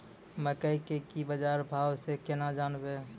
मकई के की बाजार भाव से केना जानवे?